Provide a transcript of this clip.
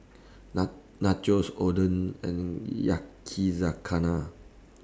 Nachos Oden and Yakizakana